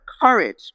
courage